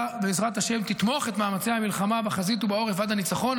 בעזרת השם תתמוך במאמצי המלחמה בחזית ובעורף עד הניצחון,